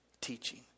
teaching